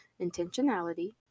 intentionality